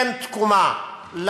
אין תקומה,